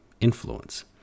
influence